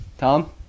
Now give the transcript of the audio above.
Tom